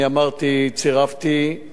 אני צירפתי, בניגוד,